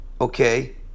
okay